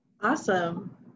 Awesome